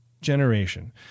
generation